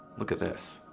look at this,